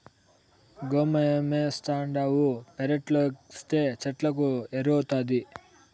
గోమయమేస్తావుండావు పెరట్లేస్తే చెట్లకు ఎరువౌతాది